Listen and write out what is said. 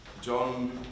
John